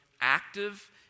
active